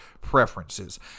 preferences